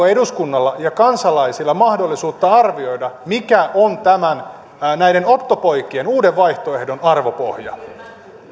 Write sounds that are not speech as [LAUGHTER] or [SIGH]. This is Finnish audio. [UNINTELLIGIBLE] eduskunnalla ja kansalaisilla mahdollisuutta arvioida mikä on näiden ottopoikien uuden vaihtoehdon arvopohja